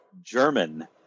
German